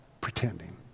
pretending